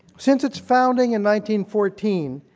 since its founding in one fourteen,